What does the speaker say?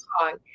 song